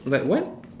like what